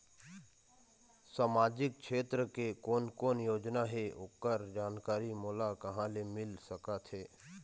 सामाजिक क्षेत्र के कोन कोन योजना हे ओकर जानकारी मोला कहा ले मिल सका थे?